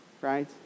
right